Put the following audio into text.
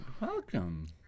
Welcome